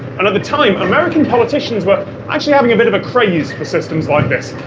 and at the time, american politicians were actually having a bit of a craze for systems like this.